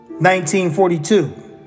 1942